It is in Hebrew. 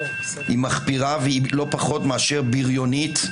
מחפירה ולא פחות מאשר בריונית.